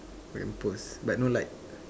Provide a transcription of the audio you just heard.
lamppost but no light